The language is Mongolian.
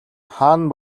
хаан